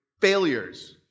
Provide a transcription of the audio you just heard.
failures